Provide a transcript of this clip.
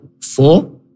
four